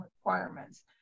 requirements